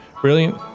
brilliant